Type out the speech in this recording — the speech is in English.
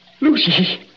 Lucy